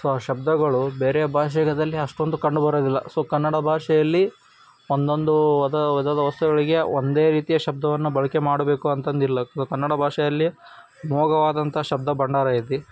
so ಆ ಶಬ್ದಗಳು ಬೇರೆ ಭಾಷಿಗದಲ್ಲಿ ಅಷ್ಟೊಂದು ಕಂಡುಬರುವುದಿಲ್ಲ ಸೊ ಕನ್ನಡ ಭಾಷೆಯಲ್ಲಿ ಒಂದೊಂದು ಅದು ಅದಾದ ವಸ್ತುಗಳಿಗೆ ಒಂದೇ ರೀತಿಯ ಶಬ್ದವನ್ನು ಬಳಕೆ ಮಾಡಬೇಕು ಅಂತಂದಿಲ್ಲ ಕನ್ನಡ ಭಾಷೆಯಲ್ಲಿ ಅಮೋಘವಾದಂಥ ಶಬ್ದ ಬಂಡಾರ ಐತಿ